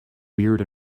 weird